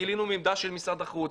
גילינו את העמדה של משרד החוץ,